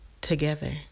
together